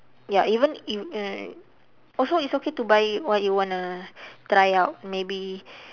ya even if uh also it's okay to buy what you wanna try out maybe